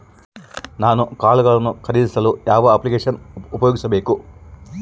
ನಾನು ಕಾಳುಗಳನ್ನು ಖರೇದಿಸಲು ಯಾವ ಅಪ್ಲಿಕೇಶನ್ ಉಪಯೋಗಿಸಬೇಕು?